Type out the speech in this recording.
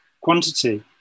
quantity